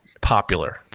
popular